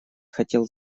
хотел